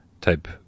type